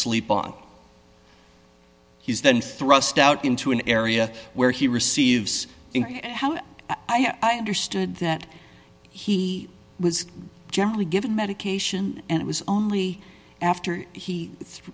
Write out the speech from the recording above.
sleep on he is then thrust out into an area where he receives how i understood that he was generally given medication and it was only after he